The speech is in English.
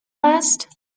last